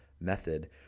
method